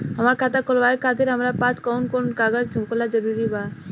हमार खाता खोलवावे खातिर हमरा पास कऊन कऊन कागज होखल जरूरी बा?